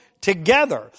together